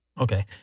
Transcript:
Okay